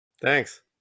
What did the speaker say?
Thanks